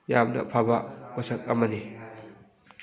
ꯌꯥꯝꯅ ꯐꯕ ꯄꯣꯠꯁꯛ ꯑꯃꯅꯤ